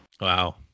wow